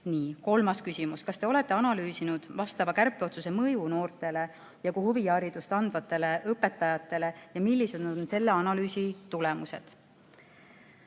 kolmas küsimus: "Kas Te olete analüüsinud vastava kärpeotsuse mõju noortele ja ka huviharidust andvatele õpetajatele ja millised on selle analüüsi tulemused?"